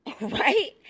right